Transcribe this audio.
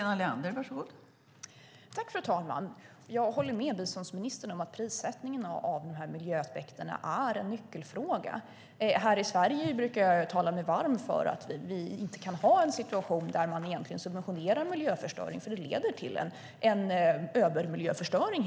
Fru talman! Jag håller med biståndsministern om att prissättningen av miljöaspekterna är en nyckelfråga. Här i Sverige brukar jag tala mig varm för att vi inte kan ha en situation där man subventionerar miljöförstöring, eftersom det helt enkelt leder till en övermiljöförstöring.